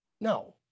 No